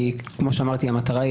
כי המטרה,